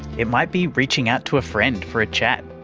it might be reaching out to a friend for a chat,